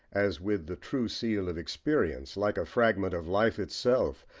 as with the true seal of experience, like a fragment of life itself,